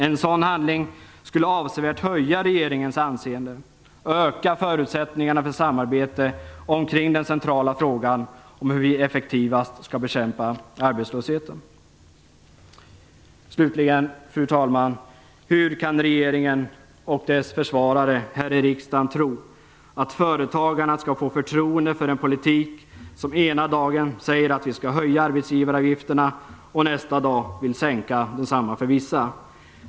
En sådan handling skulle avsevärt höja regeringens anseende och öka förutsättningarna för samarbete omkring den centrala frågan, hur vi effektivast skall bekämpa arbetslösheten. Slutligen, fru talman: Hur kan regeringen och dess försvarare här i riksdagen tro att företagarna skall få förtroende för en politik som ena dagen går ut på att arbetsgivaravgifterna skall höjas och nästa dag går ut på att desamma skall sänkas för vissa?